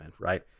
right